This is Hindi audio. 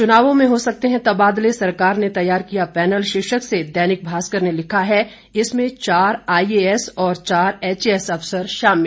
चुनावों में हो सकते हैं तबादले सरकार ने तैयार किया पैनल शीर्षक से दैनिक भारकर ने लिखा है इसमें चार आईएएस व चार एचएएस अफसर शामिल